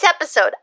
episode